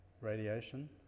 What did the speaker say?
radiation